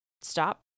stop